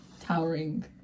towering